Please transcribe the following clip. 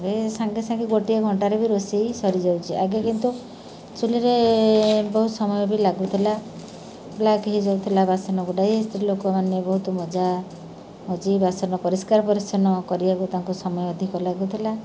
ଏବେ ସାଙ୍ଗେ ସାଙ୍ଗେ ଗୋଟିଏ ଘଣ୍ଟାରେ ବି ରୋଷେଇ ସରିଯାଉଛି ଆଗେ କିନ୍ତୁ ଚୁଲିରେ ବହୁତ ସମୟ ବି ଲାଗୁଥିଲା ବ୍ଲାକ୍ ହେଇଯାଉଥିଲା ବାସନ ଗୁଡ଼ାଏ ସ୍ତ୍ରୀ ଲୋକମାନେ ବହୁତ ମଜା ମଜି ବାସନ ପରିଷ୍କାର ପରିଚ୍ଛନ୍ନ କରିବାକୁ ତାଙ୍କୁ ସମୟ ଅଧିକ ଲାଗୁଥିଲା